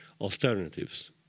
alternatives